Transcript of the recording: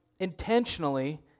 intentionally